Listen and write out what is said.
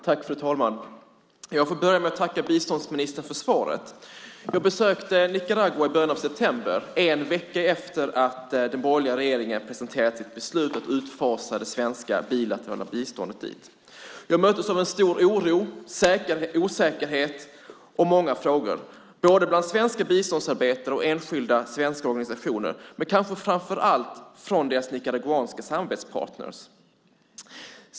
Fru talman! Jag får börja med att tacka biståndsministern för svaret. Jag besökte Nicaragua i början av september, en vecka efter att den borgerliga regeringen presenterat sitt beslut att fasa ut det svenska bilaterala biståndet dit. Jag möttes av stor oro och osäkerhet samt av många frågor bland svenska biståndsarbetare och enskilda organisationer och, framför allt kanske, bland deras nicaraguanska samarbetspartner.